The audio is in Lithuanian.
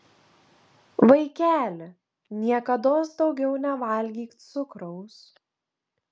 vaikeli niekados daugiau nevalgyk cukraus